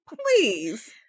please